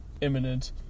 Imminent